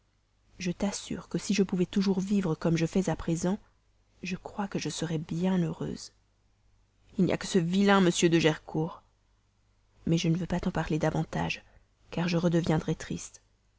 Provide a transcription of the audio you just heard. je t'assure que si je pouvais vivre toujours comme je fais à présent je crois que je serais bien heureuse il n'y a que ce vilain m de gercourt mais je ne veux pas t'en parler davantage car je redeviendrais triste